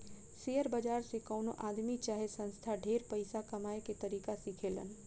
share बाजार से कवनो आदमी चाहे संस्था ढेर पइसा कमाए के तरीका सिखेलन